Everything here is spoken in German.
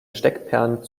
steckperlen